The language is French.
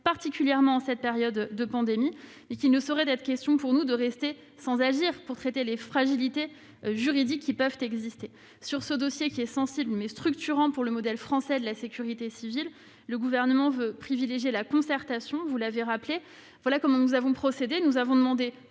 particulièrement en cette période de pandémie. Il ne saurait être question pour nous de rester sans agir pour traiter les fragilités juridiques qui peuvent exister. Sur ce dossier sensible, mais structurant pour le modèle français de la sécurité civile, le Gouvernement veut privilégier la concertation, vous l'avez rappelé. Nous avons demandé